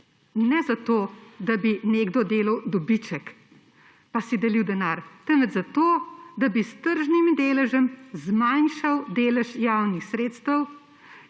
Ne zato, da bi nekdo delal dobiček pa si delil denar, ampak da bi s tržnim deležem zmanjšal delež javnih sredstev